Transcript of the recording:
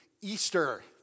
Easter